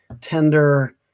tender